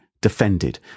defended